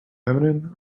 feminine